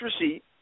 receipt